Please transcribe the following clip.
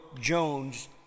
Jones